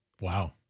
Wow